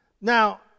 Now